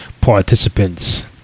participants